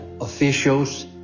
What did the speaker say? officials